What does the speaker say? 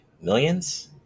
millions